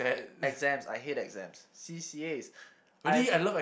exams I hate exams C_C_As I've